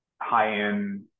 high-end